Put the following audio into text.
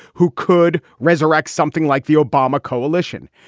who could resurrect something like the obama coalition.